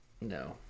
No